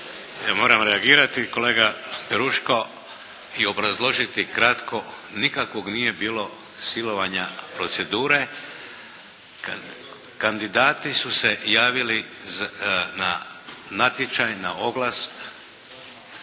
moram reagirati kolega Peruško i obrazložiti kratko nikakvog nije bilo silovanja procedure. Kandidati su se javili za natječaj na oglas,